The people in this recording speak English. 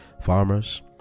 Farmers